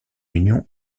union